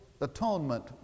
atonement